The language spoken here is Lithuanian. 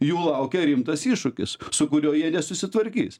jų laukia rimtas iššūkis su kuriuo jie nesusitvarkys